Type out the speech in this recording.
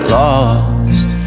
lost